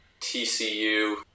TCU